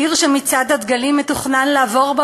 עיר שמצעד הדגלים מתוכנן לעבור בה